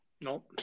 no